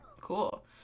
cool